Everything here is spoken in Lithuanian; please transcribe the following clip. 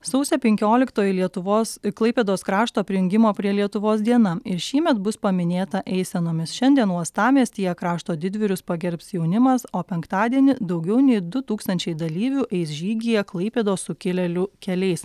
sausio penkioliktoji lietuvos klaipėdos krašto prijungimo prie lietuvos diena ir šįmet bus paminėta eisenomis šiandien uostamiestyje krašto didvyrius pagerbs jaunimas o penktadienį daugiau nei du tūkstančiai dalyvių eis žygyje klaipėdos sukilėlių keliais